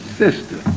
sister